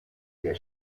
der